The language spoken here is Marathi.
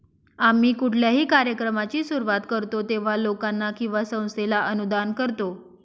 आम्ही कुठल्याही कार्यक्रमाची सुरुवात करतो तेव्हा, लोकांना किंवा संस्थेला अनुदान करतो